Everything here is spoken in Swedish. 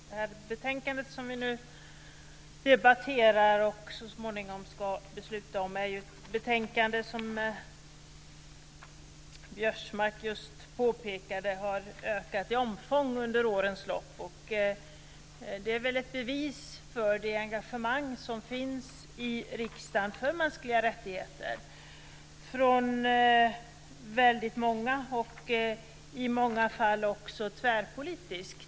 Fru talman! Det betänkande som vi nu debatterar och så småningom ska besluta om är ett betänkande som, vilket Biörsmark just påpekade, har ökat i omfång under årens lopp. Det är väl ett bevis för det engagemang som finns i riksdagen för mänskliga rättigheter från väldigt många och i många fall också tvärpolitiskt.